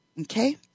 Okay